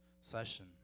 session